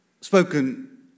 spoken